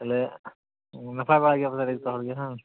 ᱛᱟᱦᱚᱞᱮ ᱱᱟᱯᱟᱭ ᱵᱟᱲᱟ ᱜᱮᱭᱟᱯᱮ ᱛᱟᱦᱚᱞᱮ ᱡᱚᱛᱚ ᱦᱚᱲ ᱜᱮ ᱵᱟᱝ